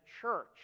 church